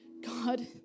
God